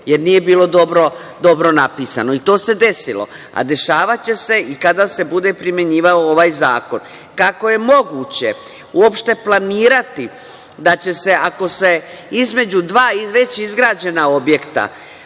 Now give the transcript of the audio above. jer nije bilo dobro napisano. I to se desilo. A dešavaće se i kada se bude primenjivao ovaj zakon. Kako je moguće uopšte planirati da će se, ako se između dva već izgrađena objekta,